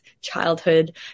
childhood